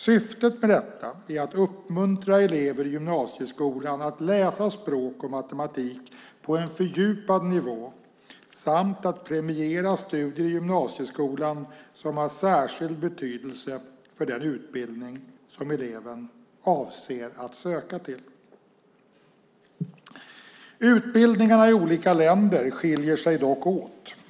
Syftet med detta är att uppmuntra elever i gymnasieskolan att läsa språk och matematik på en fördjupad nivå samt att premiera studier i gymnasieskolan som har särskild betydelse för den utbildning som eleven avser att söka till. Utbildningarna i olika länder skiljer sig dock åt.